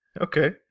Okay